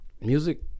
music